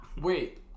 Wait